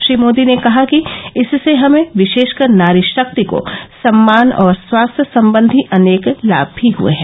श्री मोदी ने कहा कि इससे हमें विशेषकर नारी शक्ति को सम्मान और स्वास्थ्य संबंधी अनेक लाभ भी हुए हैं